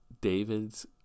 David's